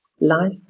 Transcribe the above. life